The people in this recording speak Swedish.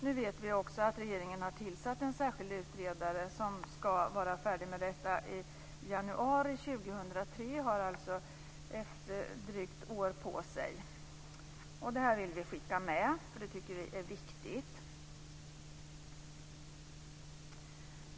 Nu vet vi också att regeringen har tillsatt en särskild utredare som ska vara färdig med detta i januari 2003 och alltså har ett drygt år på sig. Det jag anfört vill vi skicka med, för det tycker vi är viktigt.